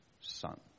son